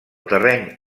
terreny